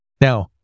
Now